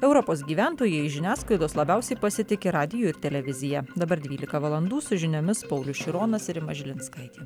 europos gyventojai iš žiniasklaidos labiausiai pasitiki radiju ir televizija dabar dvylika valandų su žiniomis paulius šironas ir rima žilinskaitė